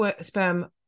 sperm